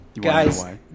Guys